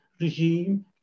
regime